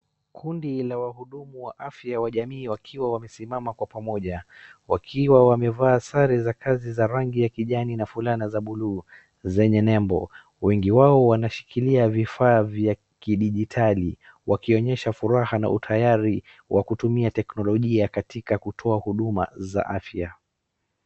Kundi la wahudumu wa afya wa jamii wakiwa wamesimama kwa pamoja. Wakiwa wamevaa sare za kazi za rangi ya kijani na fulana za buluu zenye nembo. Wengi wao wanashikilia vifaa vya kidijitali, wakionyesha furaha na utayari wa kutumia teknolojia katika kutoa huduma za afya.